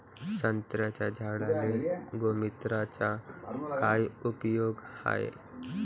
संत्र्याच्या झाडांले गोमूत्राचा काय उपयोग हाये?